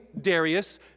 Darius